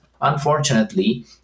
unfortunately